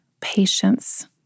patience